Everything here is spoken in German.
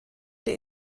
der